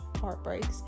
heartbreaks